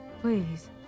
Please